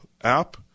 app